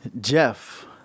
jeff